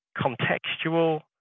contextual